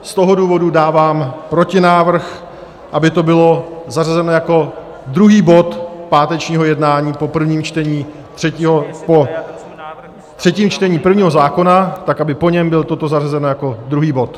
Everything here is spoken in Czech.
Z toho důvodu dávám protinávrh, aby to bylo zařazeno jako druhý bod pátečního jednání po prvním čtení po třetím čtení prvního zákona, tak aby po něm bylo toto zařazeno jako druhý bod.